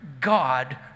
God